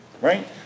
Right